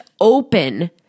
open